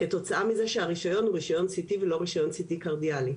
כתוצאה מזה שהרישיון הוא רישיון CT ולא רישיון CT קרדיאלי,